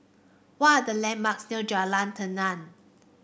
what are the landmarks near Jalan Tenang